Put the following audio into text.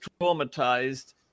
traumatized